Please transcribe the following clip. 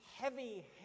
heavy